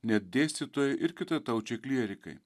net dėstytojai ir kitataučiai klierikai